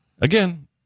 again